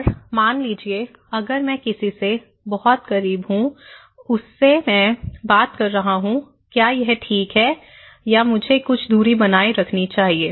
और मान लीजिए अगर मैं किसी से बहुत करीब हूं जब मैं उससे बात कर रहा हूं क्या यह ठीक है या मुझे कुछ दूरी बनाए रखनी चाहिए